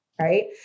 Right